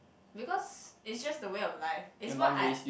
because it's just the way of life it's what I